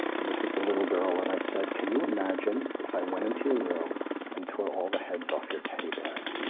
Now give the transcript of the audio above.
and this is a little girl, and i said, can you imagine if i went into your room and tore all the heads off your teddy bears?